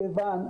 מכיוון שאצלנו,